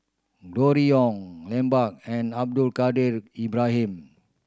Gregory Yong Lambert and Abdul Kadir Ibrahim